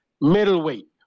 middleweight